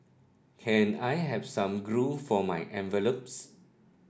can I have some glue for my envelopes